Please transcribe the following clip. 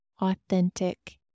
authentic